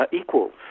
equals